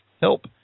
help